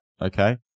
Okay